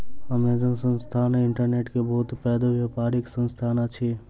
Amazon संस्थान internet के बहुत पैघ व्यापारिक संस्थान अछि